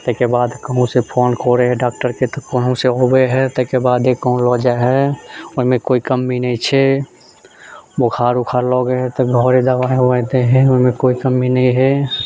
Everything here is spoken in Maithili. ताहिके बाद कहुँसँ फोन करै है डॉक्टरके तऽ कहुँसँ अबै है ताहिके बाद ही कहुँ लऽ जाइ है ओहिमे कोइ कमी नहि छै बोखार उखार लगै है तऽ घरे दवाइ ववाइ दै है ओहिमे कोइ कमी नहि है